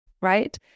right